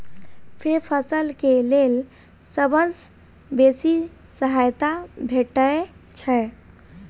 केँ फसल केँ लेल सबसँ बेसी सहायता भेटय छै?